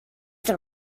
the